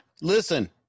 listen